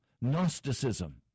Gnosticism